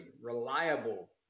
reliable